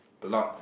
a lot